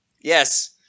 Yes